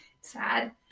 Sad